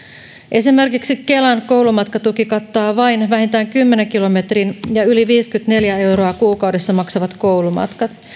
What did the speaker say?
esimerkiksi kelan koulumatkatuki kattaa vain vähintään kymmenen kilometrin ja yli viisikymmentäneljä euroa kuukaudessa maksavat koulumatkat